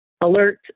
alert